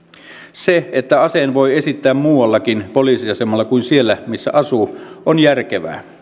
se että aseen voi esittää muullakin poliisiasemalla kuin siellä missä asuu on järkevää